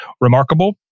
remarkable